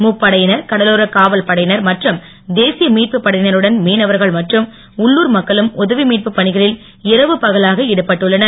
முப்படையினர் கடலோர காவல் படையினர் மற்றும் தேசிய மீட்பு படையினருடன் மீனவர்கள் மற்றும் உள்ளூர் மக்களும் உதவி மீட்புப் பணிகளில் இரவு பகலாக ஈடுபட்டுள்ளனர்